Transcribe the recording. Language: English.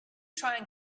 trying